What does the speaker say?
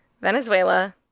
Venezuela